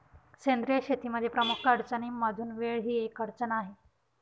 सेंद्रिय शेतीमध्ये प्रमुख अडचणींमधून वेळ ही एक अडचण आहे